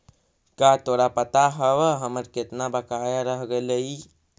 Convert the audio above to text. का तोरा पता हवअ हमर केतना बकाया रह गेलइ